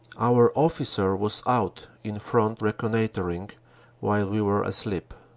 our officer was out in front reconnoitering while we were asleep.